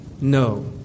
No